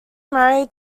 married